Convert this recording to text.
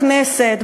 בכנסת,